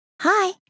Hi